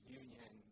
union